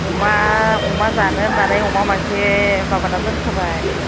अमा जानो होन्नानै अमा मासे माबाना दोनखाबाय